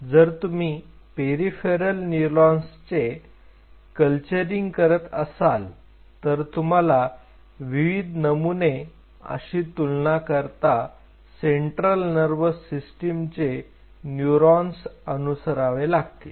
जर तुम्ही पेरिफेरल न्यूरॉन्सचे कल्चरिंग करत असाल तर तुम्हाला विविध नमुने अशी तुलना करता सेंट्रल नर्वस सिस्टमचे न्यूरॉन्स अनुसरावे लागतील